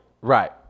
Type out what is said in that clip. Right